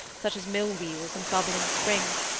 such as mill-wheels and bubbling springs,